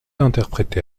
interprété